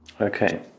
Okay